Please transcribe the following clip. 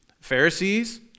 Pharisees